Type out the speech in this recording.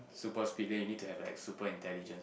super speed then you need to have like super intelligence ah